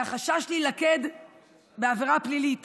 מהחשש להילכד בעבירה פלילית